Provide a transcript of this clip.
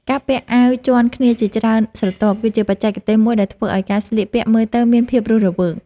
ការពាក់អាវជាន់គ្នាជាច្រើនស្រទាប់ គឺជាបច្ចេកទេសមួយដែលធ្វើឱ្យការស្លៀកពាក់មើលទៅមានភាពរស់រវើក។